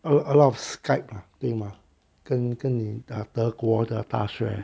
a a lot of skype lah 对吗跟跟你德国的大学